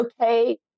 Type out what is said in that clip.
okay